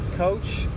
Coach